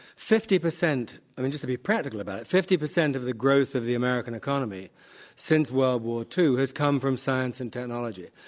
fifty percent i mean, just to be practical about it fifty percent of the growth of the american economy since world war ii has come from science and technology.